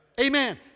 Amen